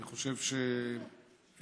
אני חושב שהוא